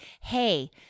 Hey